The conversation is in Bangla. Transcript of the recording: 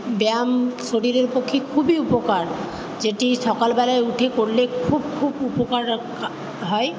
ব্যায়াম শরীরের পক্ষে খুবই উপকার যেটি সকালবেলায় উঠে করলে খুব খুব উপকার হয়